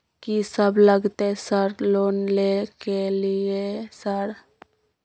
कि सब लगतै सर लोन ले के लिए सर?